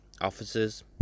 officers